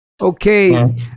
okay